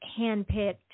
handpicked